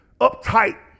uptight